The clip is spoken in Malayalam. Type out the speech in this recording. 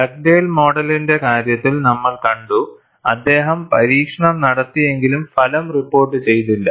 ഡഗ്ഡേൽ മോഡലിന്റെ കാര്യത്തിൽ നമ്മൾ കണ്ടു അദ്ദേഹം പരീക്ഷണം നടത്തിയെങ്കിലും ഫലം റിപ്പോർട്ട് ചെയ്തില്ല